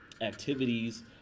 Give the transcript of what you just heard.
activities